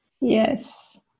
Yes